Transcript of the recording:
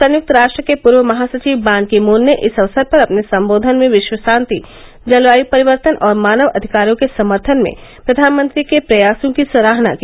संयुक्त राष्ट्र के पूर्व महासचिव बान की मून ने इस अवसर पर अपने संबोधन में विश्वशांति जलवायु परिवर्तन और मानव अधिकारों के समर्थन में प्रधानमंत्री के प्रयासों की सराहना की